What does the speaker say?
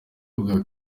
bwa